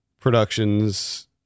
productions